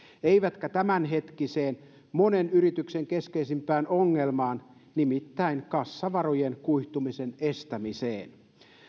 eivätkä tämänhetkiseen monen yrityksen keskeisimpään ongelmaan nimittäin kassavarojen kuihtumisen estämiseen